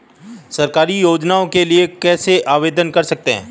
सरकारी योजनाओं के लिए कैसे आवेदन कर सकते हैं?